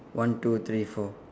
one two three four